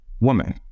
woman